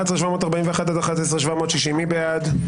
11,741 עד 11,760, מי בעד?